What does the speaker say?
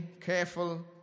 careful